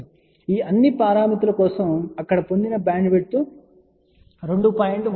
కాబట్టి ఈ అన్ని పారామితుల కోసం ఇక్కడ పొందిన బ్యాండ్విడ్త్ 2